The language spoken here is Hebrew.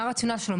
מה הרציונל שלו?